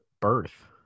birth